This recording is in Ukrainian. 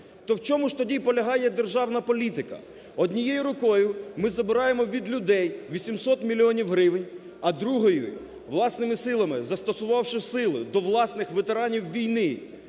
То в чому ж тоді полягає державна політика? Однією рукою ми забираємо від людей 800 мільйонів гривень, а другою власними силами, застосувавши сили до власних ветеранів війни,